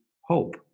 hope